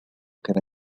queda